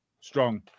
strong